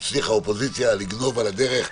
הצליחה האופוזיציה לגנוב על הדרך,